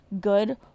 good